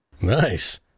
Nice